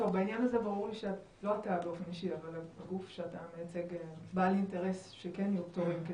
בעניין הזה ברור לי שהגוף שאתה מייצג בעל אינטרס שכן יהיו פטורים.